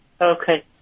Okay